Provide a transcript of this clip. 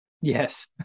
yes